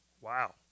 Wow